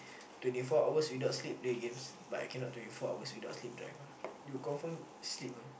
twenty four hours without sleep play games but I cannot twenty four hours without sleep drive ah you confirm sleep one